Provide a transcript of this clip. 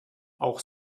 auch